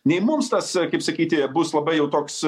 nei mums tas kaip sakyti bus labai jau toks